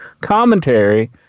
commentary